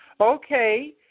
Okay